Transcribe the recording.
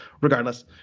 regardless